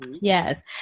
Yes